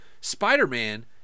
Spider-Man